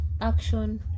action